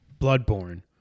Bloodborne